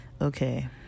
Okay